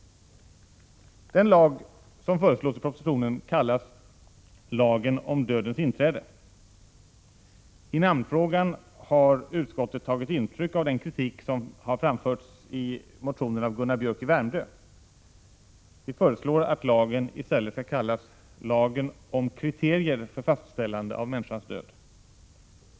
Den lag som föreslås i propositionen kallas ”lagen om dödens inträde”. I namnfrågan har utskottet tagit intryck av den kritik som har framförts i motionen av Gunnar Biörck i Värmdö. Vi föreslår att lagen i stället skall kallas ”lagen om kriterier för fastställande av människans död”.